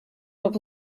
but